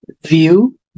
view